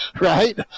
right